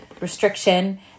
restriction